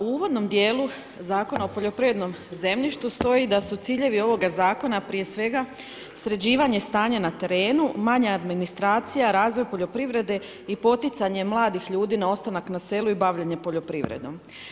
U uvodnom dijelu Zakona o poljoprivrednom zemljištu stoji da su ciljevi ovoga zakona, prije svega, sređivanje stanja na terenu, manja administracija, razvoj poljoprivrede i poticanje mladih ljudi na ostanak na selu i bavljenje poljoprivredom.